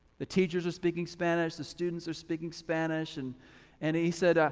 the teachers are speaking spanish, the students are speaking spanish and and he said,